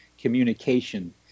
communication